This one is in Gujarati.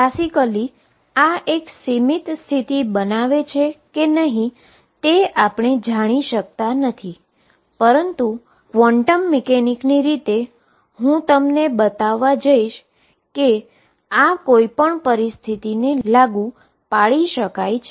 ક્લાસિકલી આ એક બાઉન્ડ સ્ટેટ બનાવે છે કે નહીં તે આપણે જાણી શકતા નથીપરંતુ ક્વોન્ટમ મિકેનિકલની રીતે હું તમને બતાવવા જઈશ કે જે આ કોઈપણ સ્ટેટ ને લાગુ પાડી શકાય છે